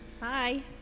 Hi